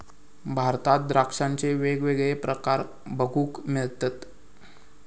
भारतात द्राक्षांचे वेगवेगळे प्रकार बघूक मिळतत